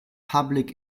public